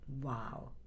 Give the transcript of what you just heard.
wow